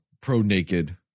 pro-naked